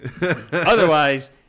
Otherwise